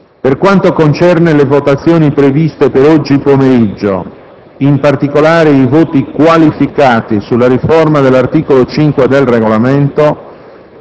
Per quanto concerne le votazioni previste per oggi pomeriggio, in particolare i voti qualificati sulla riforma dell'articolo 5 del Regolamento,